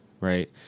right